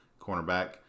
cornerback